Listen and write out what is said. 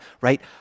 right